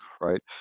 right